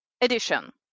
edition